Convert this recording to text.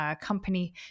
company